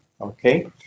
Okay